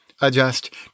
Adjust